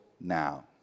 now